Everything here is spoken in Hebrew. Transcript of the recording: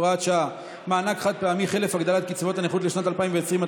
הוראת שעה) (מענק חד-פעמי חלף הגדלת קצבאות הנכות לשנת 2020),